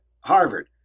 Harvard